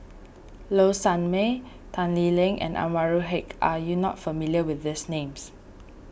Low Sanmay Tan Lee Leng and Anwarul Haque are you not familiar with these names